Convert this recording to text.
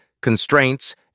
constraints